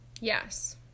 Yes